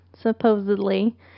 supposedly